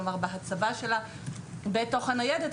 כלומר בהצבה שלה בתוך הניידת,